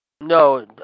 No